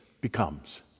becomes